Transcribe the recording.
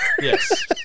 Yes